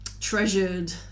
treasured